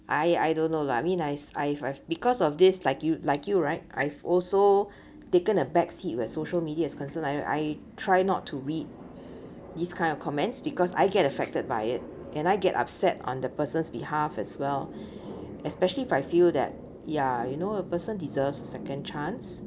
I I don't know lah I mean Iike I've I've because of this like you like you right I've also taken a back seat where social media is concerned like I try not to read these kind of comments because I get affected by it and I get upset on the person's behalf as well especially if I feel that ya you know a person deserves second chance